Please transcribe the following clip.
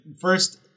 first